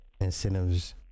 incentives